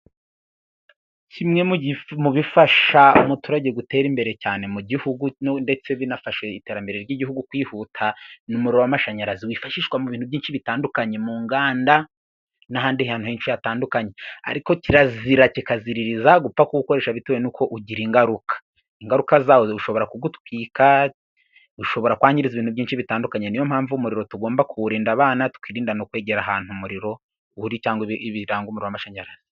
Kimwe mu bifasha umuturage gutera imbere cyane mu gihugu，ndetse binafasha iterambere ry'igihugu kwihuta，ni umuriro w'amashanyarazi wifashishwa mu bintu byinshi bitandukanye， mu nganda n'ahandi hantu henshi hatandukanye. Ariko kirazira kikaziririza gupfa kuwukoresha bitewe n'uko ugira ingaruka. Ingaruka zawo ushobora kugutwika，ushobora kwangiza ibintu byinshi bitandukanye， niyo mpamvu umuriro tugomba kuwurinda abana， tukirinda no kwegera ahantu umuriro cyangwa ibiranga umuroro w’amashanyarazi.